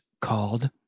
called